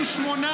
רימון.